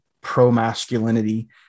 pro-masculinity